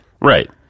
Right